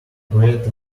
bread